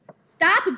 Stop